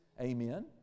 Amen